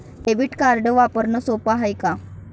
Debit card वापरणं सोप हाय का?